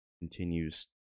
continues